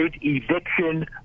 eviction